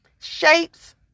shapes